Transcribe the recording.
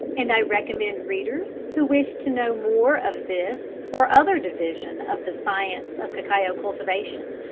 and i recommend readers who wish to know more of this or other division of the science of cacao cultivation,